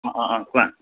অঁ অঁ অঁ কোৱা